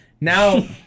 Now